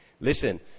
Listen